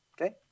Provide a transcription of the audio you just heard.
okay